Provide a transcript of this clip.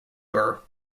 burgh